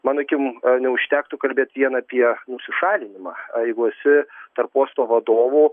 mano akim neužtektų kalbėt vien apie nusišalinimą jeigu esi tarp uosto vadovų